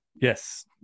yes